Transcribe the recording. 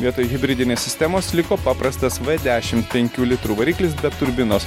vietoj hibridinės sistemos liko paprastas v dešim penkių litrų variklis be turbinos